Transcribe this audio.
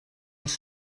els